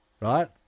Right